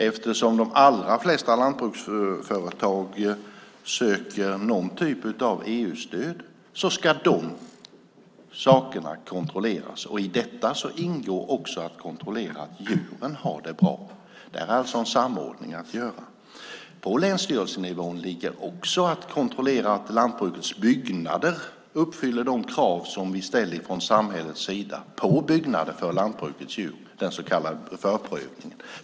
Eftersom de allra flesta lantbruksföretag söker någon typ av EU-stöd ska de sakerna kontrolleras. I detta ingår också att kontrollera att djuren har det bra. Det har alltså med samordning att göra. På länsstyrelsenivån ligger också att kontrollera att lantbrukets byggnader uppfyller de krav som vi från samhällets sida ställer på byggnader för lantbrukets djur, den så kallade förprövningen.